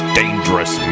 dangerous